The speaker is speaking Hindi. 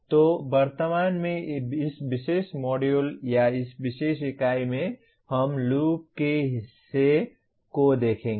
तो वर्तमान में इस विशेष मॉड्यूल या इस विशेष इकाई में हम लूप के इस हिस्से को देखेंगे